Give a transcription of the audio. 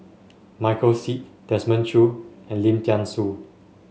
Michael Seet Desmond Choo and Lim Thean Soo